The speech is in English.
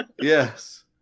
Yes